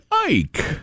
Ike